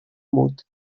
mut